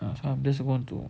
well I'm just going to